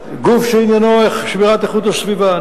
גוף שעניינו שמירת איכות הסביבה,